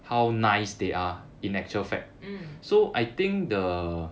mm